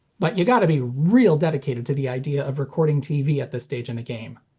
but you gotta be real dedicated to the idea of recording tv at this stage in the game.